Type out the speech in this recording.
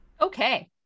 Okay